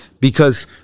because-